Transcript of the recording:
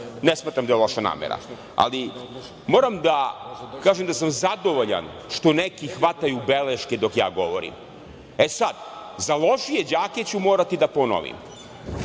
Ne smatram da je loša namera. Ali, moram da kažem da sam zadovoljan što nekih hvataju beleške dok ja govorim. Sad, za lošije đake ću morati da ponovim.